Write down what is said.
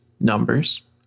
numbers